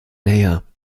näher